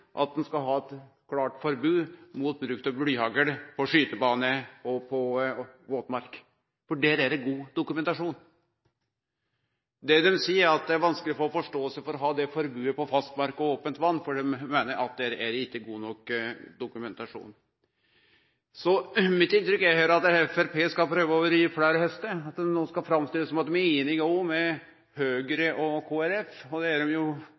at ein skal ha eit klart forbod mot bruk av blyhagl på skytebane og på våtmark. Her er det god dokumentasjon. Det dei seier, er at det er vanskeleg å få forståing for å ha dette forbodet på fastmark og over ope vatn – dei meiner at her er det ikkje god nok dokumentasjon. Mitt inntrykk her er at Framstegspartiet skal prøve å ri fleire hestar, at dei no skal framstille det som at dei òg er einige med Høgre og Kristeleg Folkeparti. Det er dei